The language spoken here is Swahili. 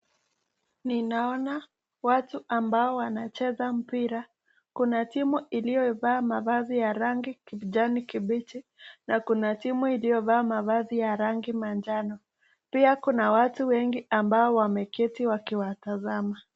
Ninaona watu ambao wanacheza mpira ,kuna timu iliovaa mavazi ya rangi kijani kibichi na kuna timu iliyovaa mavazi ya rangi manjano .Pia kuna watu wengi ambao wameketi wakiwatanzama.